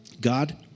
God